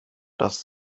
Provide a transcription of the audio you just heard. das